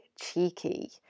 cheeky